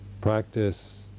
Practice